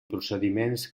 procediments